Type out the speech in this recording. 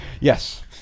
Yes